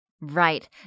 Right